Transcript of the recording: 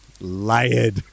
Layered